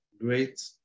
great